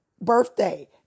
birthday